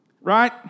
Right